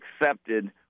accepted